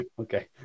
Okay